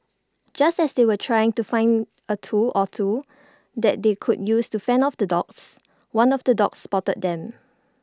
just as they were trying to find A tool or two that they could use to fend off the dogs one of the dogs spotted them